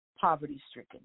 poverty-stricken